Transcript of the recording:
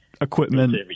equipment